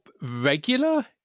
regular